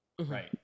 Right